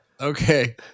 Okay